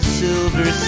silver